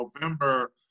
November